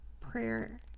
prayer